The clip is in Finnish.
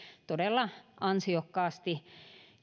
todella ansiokkaasti